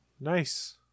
Nice